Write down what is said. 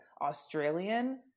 Australian